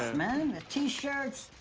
man. ah t-shirts,